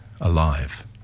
alive